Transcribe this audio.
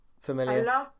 familiar